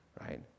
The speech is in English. right